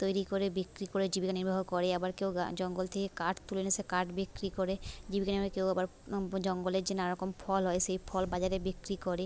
তৈরি করে বিক্রি করে জীবিকা নির্বাহ করে আবার কেউ গা জঙ্গল থেকে কাঠ তুলে নিয়ে এসে কাঠ বিক্রি করে জীবিকা কেউ আবার জঙ্গলের যে নানা রকম ফল হয় সেই ফল বাজারে বিক্রি করে